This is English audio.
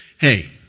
Hey